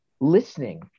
listening